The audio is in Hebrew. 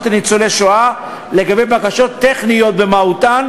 לניצולי השואה לגבי בקשות טכניות במהותן,